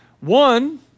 One